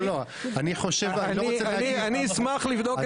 אני אשמח לבדוק את זה.